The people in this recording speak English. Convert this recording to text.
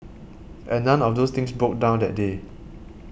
and none of those things broke down that day